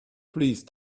please